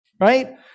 right